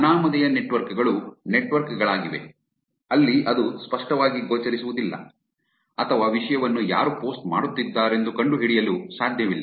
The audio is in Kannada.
ಅನಾಮಧೇಯ ನೆಟ್ವರ್ಕ್ ಗಳು ನೆಟ್ವರ್ಕ್ ಗಳಾಗಿವೆ ಅಲ್ಲಿ ಅದು ಸ್ಪಷ್ಟವಾಗಿ ಗೋಚರಿಸುವುದಿಲ್ಲ ಅಥವಾ ವಿಷಯವನ್ನು ಯಾರು ಪೋಸ್ಟ್ ಮಾಡುತ್ತಿದ್ದಾರೆಂದು ಕಂಡುಹಿಡಿಯಲು ಸಾಧ್ಯವಿಲ್ಲ